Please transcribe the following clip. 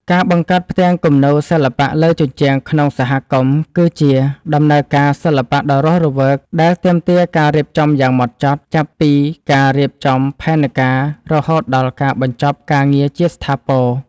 ការបង្កើតផ្ទាំងគំនូរសិល្បៈលើជញ្ជាំងក្នុងសហគមន៍ គឺជាដំណើរការសិល្បៈដ៏រស់រវើកដែលទាមទារការរៀបចំយ៉ាងហ្មត់ចត់ ចាប់ពីការរៀបចំផែនការរហូតដល់ការបញ្ចប់ការងារជាស្ថាពរ។